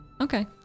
Okay